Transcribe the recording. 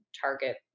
Target